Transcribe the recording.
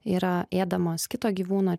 yra ėdamas kito gyvūno